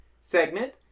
segment